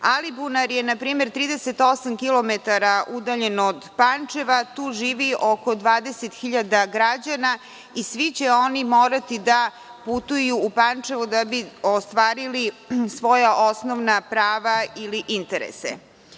Alibunar je na primer 38 kilometara udaljen od Pančeva. Tu živi oko 20.000 građana i svi će oni morati da putuju u Pančevo da bi ostvarili svoja osnovna prava ili interese. Vi